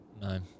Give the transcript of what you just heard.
No